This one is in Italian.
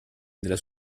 nella